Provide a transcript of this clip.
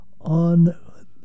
on